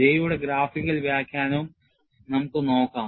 J യുടെ graphical വ്യാഖ്യാനവും നമുക്ക് നോക്കാം